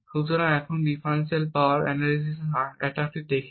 সুতরাং এখন differential power analysis attack দেখি